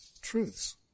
truths